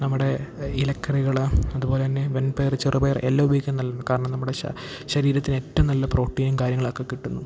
നമ്മുടെ ഇലക്കറികൾ അതുപോലെതന്നെ വൻപയർ ചെറുപയർ എല്ലാം ഉപയോഗിക്കുന്നത് നല്ലതാണ് കാരണം നമ്മുടെ ശരീരത്തിന് ഏറ്റവും നല്ല പ്രോട്ടീനും കാര്യങ്ങളൊക്കെ കിട്ടുന്നു